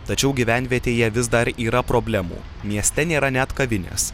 tačiau gyvenvietėje vis dar yra problemų mieste nėra net kavinės